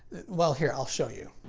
well, here, i'll show you.